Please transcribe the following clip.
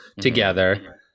together